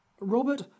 robert